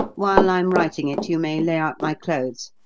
while i'm writing it you may lay out my clothes.